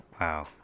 Wow